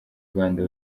rwanda